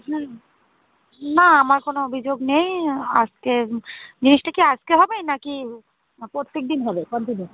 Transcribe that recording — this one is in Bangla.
ন না আমার কোনো অভিযোগ নেই আজকে জিনিসটা কি আজকে হবে নাকি প্রত্যেকদিন হবে কন্টিনিউ